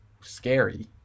scary